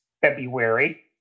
February